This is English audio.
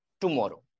tomorrow